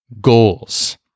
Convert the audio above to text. goals